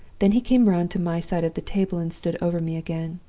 then he came round to my side of the table and stood over me again.